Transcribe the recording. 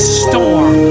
storm